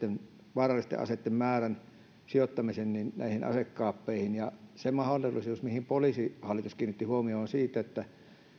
vaarallisten aseitten määrän sijoittamisen asekaappeihin ja se mahdollisuus mihin poliisihallitus kiinnitti huomiota on se että